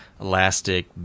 Elastic